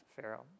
Pharaoh